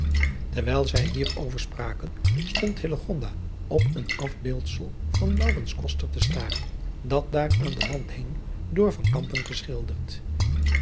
terwijl zij hier over spraken stond hillegonda op een afbeeldsel van laurens koster te staren dat daar aan den wand hing door van campen geschilderd